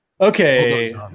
Okay